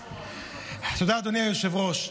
תודה, אדוני היושב-ראש.